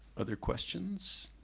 other questions?